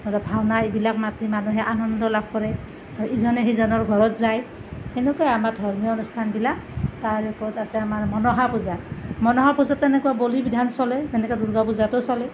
আৰু ভাওনা এইবিলাক মাতি মানুহে আনন্দ লাভ কৰে ইজনে সিজনৰ ঘৰত যায় সেনেকুৱাই আমাৰ ধৰ্মীয় অনুষ্ঠানবিলাক তাৰ ওপৰত আছে আমাৰ মনসা পূজা মনসা পূজাতো এনেকুৱা বলি বিধান চলে যেনেকৈ দুৰ্গা পূজাতো চলে